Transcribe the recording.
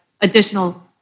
additional